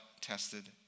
tested